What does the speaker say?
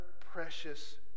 precious